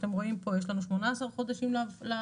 אתם רואים פה: יש לנו 18 חודשים לעבירות